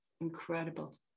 incredible